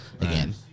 again